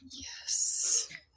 yes